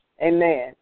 Amen